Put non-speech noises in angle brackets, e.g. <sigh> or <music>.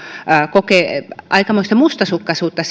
kokee aikamoista mustasukkaisuutta <unintelligible>